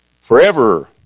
Forever